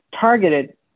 targeted